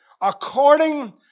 According